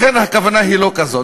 לכן, הכוונה היא לא כזאת.